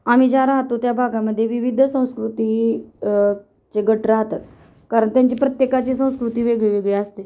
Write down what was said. आम्ही ज्या राहतो त्या भागामध्ये विविध संस्कृतचे गट राहतात कारण त्यांची प्रत्येकाची संस्कृती वेगळीवेगळी असते